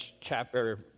chapter